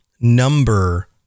number